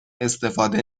استفاده